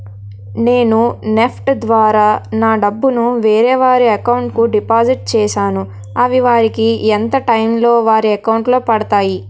నేను నెఫ్ట్ ద్వారా నా డబ్బు ను వేరే వారి అకౌంట్ కు డిపాజిట్ చేశాను అవి వారికి ఎంత టైం లొ వారి అకౌంట్ లొ పడతాయి?